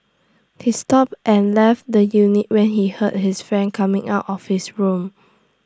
he stopped and left the unit when he heard his friend coming out of his room